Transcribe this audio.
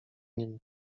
nim